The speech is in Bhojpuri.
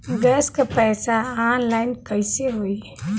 गैस क पैसा ऑनलाइन कइसे होई?